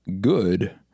good